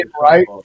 right